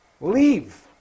leave